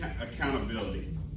accountability